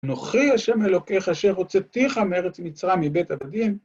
‫אנוכי השם אלוקך אשר הוצאתיך ‫מארץ מצרים מבית עבדים.